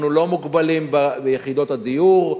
אנחנו לא מוגבלים ביחידות הדיור.